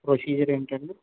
procedure ఏంటండీ